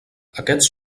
aquests